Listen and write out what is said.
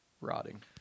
Rotting